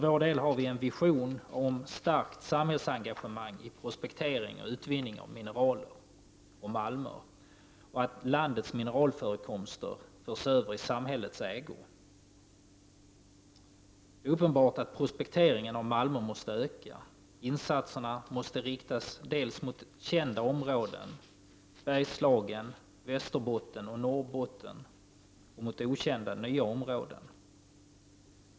Vi har en vision av ett starkt samhällsengagemang i prospektering och utvinning av mineraler och malmer och av att landets mineralförekomster förs över i samhällets ägo. Prospekteringen av malmer måste öka. Insatserna måste inriktas dels mot kända områden — Bergslagen, Västerbotten och Norrbotten — dels mot nya, okända områden.